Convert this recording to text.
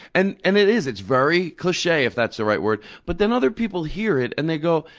and and it is, it's very cliche, if that's the right word. but then other people hear it and they go,